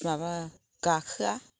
माबा गाखोआ